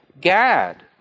Gad